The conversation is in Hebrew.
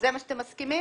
זה מה שאתם מסכימים?